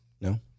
no